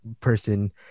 person